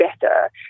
better